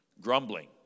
Grumbling